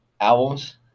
albums